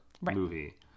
movie